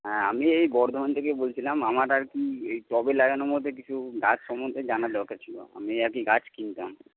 হ্যাঁ আমি এই বর্ধমান থেকে বলছিলাম আমার আর কি এই টবে লাগানোর মধ্যে কিছু গাছ সম্বন্ধে জানার দরকার ছিল আমি আর কি গাছ কিনতাম